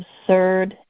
absurd